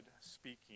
speaking